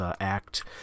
act